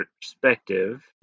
perspective